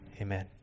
amen